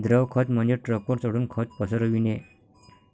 द्रव खत म्हणजे ट्रकवर चढून खत पसरविणे